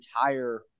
entire